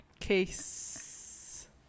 Case